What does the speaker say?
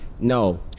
no